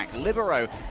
like libero